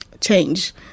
change